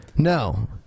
No